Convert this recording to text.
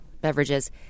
beverages